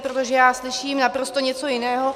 Protože já slyším naprosto něco jiného.